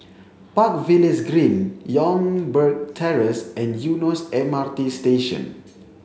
park Villas Green Youngberg Terrace and Eunos M R T Station